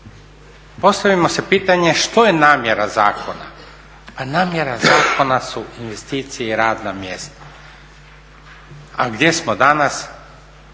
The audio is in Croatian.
Postavimo si pitanje što je namjera zakona, pa namjera zakona su investicije i radna mjesta. A gdje smo danas?